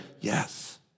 yes